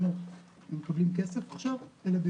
התקנות עוסקות בשלושה דברים עיקריים,